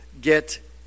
get